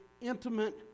intimate